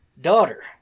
daughter